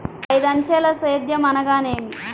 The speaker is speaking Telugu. ఐదంచెల సేద్యం అనగా నేమి?